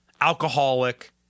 alcoholic